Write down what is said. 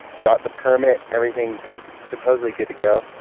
got the permit. everything's supposedly good to go.